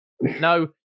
No